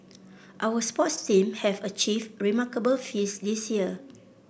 our sports team have achieved remarkable feats this year